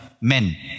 men